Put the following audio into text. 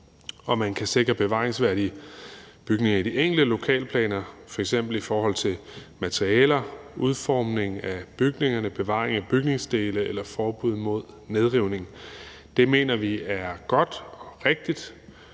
Man kan sikre bevaringsværdige bygninger i de enkelte lokalplaner, f.eks. i forhold til materialer, udformning af bygningerne, bevaring af bygningsdele eller forbud mod nedrivning. Det mener vi er godt og rigtigt.